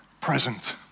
present